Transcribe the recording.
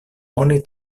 oni